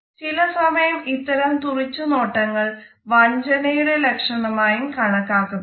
ചില സമയം ഇത്തരം തുറിച്ചുനോട്ടങ്ങൾ വഞ്ചനയുടെ ലക്ഷണമായും കാണപ്പെടുന്നു